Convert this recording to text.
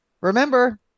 Remember